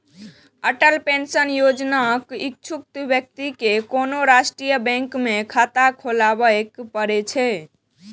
Atal pension योजनाक इच्छुक व्यक्ति कें कोनो राष्ट्रीय बैंक मे खाता खोलबय पड़ै छै